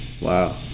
Wow